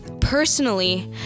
personally